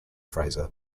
frazer